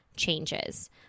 changes